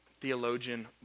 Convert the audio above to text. theologian